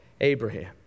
Abraham